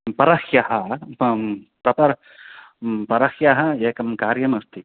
परह्यः प्रतर् परह्यः एकं कार्यमस्ति